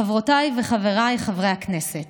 חברותיי וחבריי חברי הכנסת,